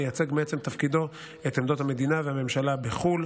המייצג מעצם תפקידו את עמדות המדינה והממשלה בחו"ל.